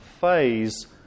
phase